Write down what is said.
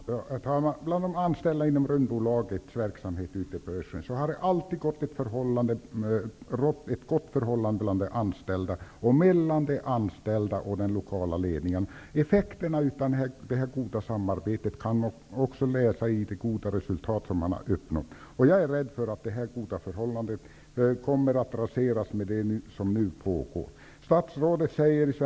Herr talman! Bland de anställda inom Rymdbolaget ute på Esrange har det alltid rått ett gott förhållande mellan de anställda och mellan de anställda och den lokala ledningen. Effekterna av detta goda samarbete kan man också avläsa i det goda resultat som man har uppnått. Jag är rädd för att detta goda förhållande kommer att raseras med det som nu pågår.